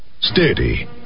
Steady